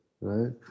right